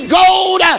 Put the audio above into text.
gold